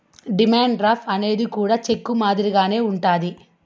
demand draft అనేది కూడా cheque మాదిరిగానే ఉంటది